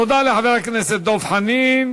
תודה לחבר הכנסת דב חנין.